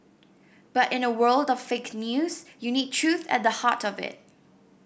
but in a world of fake news you need truth at the heart of it